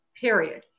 period